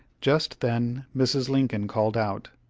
just then mrs. lincoln called out,